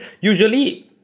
usually